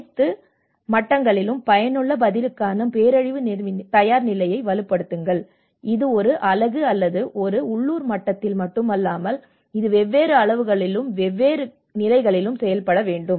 அனைத்து மட்டங்களிலும் பயனுள்ள பதிலுக்கான பேரழிவு தயார்நிலையை வலுப்படுத்துங்கள் இது ஒரு அலகு அல்லது ஒரு உள்ளூர் மட்டத்தில் மட்டுமல்ல அது வெவ்வேறு அளவுகளிலும் வெவ்வேறு நிலைகளிலும் செயல்பட வேண்டும்